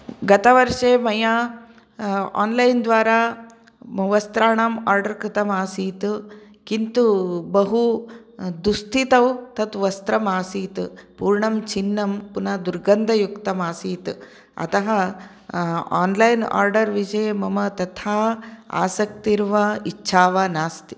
गतवर्षे मया आन्लैन् द्वारा वस्त्राणाम् आर्डर् कृतमासीत् किन्तु बहु दुःस्थितौ तत् वस्त्रम् आसीत् पूर्णं छिन्नं पुनः दुर्गन्धयुक्तम् आसीत् अतः आन्लैन् आर्डर् विषये मम तथा आसक्तिर्वा इच्छा वा नास्ति